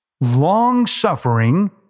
long-suffering